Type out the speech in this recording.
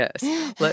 Yes